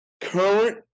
current